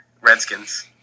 Redskins